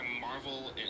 Marvel